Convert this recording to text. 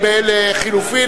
לחלופין,